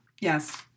Yes